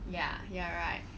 ya you're right